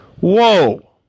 Whoa